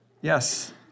Yes